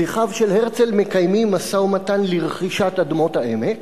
שליחיו של הרצל מקיימים משא-ומתן לרכישת אדמות העמק,